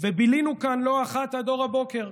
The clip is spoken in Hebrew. ובילינו כאן לא אחת עד אור הבוקר.